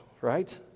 right